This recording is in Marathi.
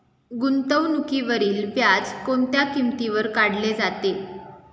गुंतवणुकीवरील व्याज कोणत्या किमतीवर काढले जाते?